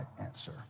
answer